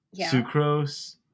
sucrose